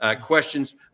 questions